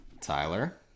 Tyler